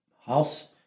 house